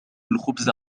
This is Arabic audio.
الخبز